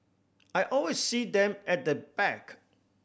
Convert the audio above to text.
I always see them at the back